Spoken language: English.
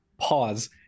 Pause